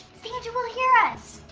santa will hear us.